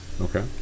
Okay